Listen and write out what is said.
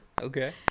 Okay